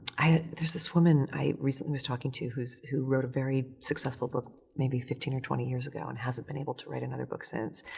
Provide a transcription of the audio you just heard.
i, there's this woman i recently was talking to who's, who wrote a very successful book maybe fifteen or twenty years ago and hasn't been able to write another book since.